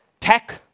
tech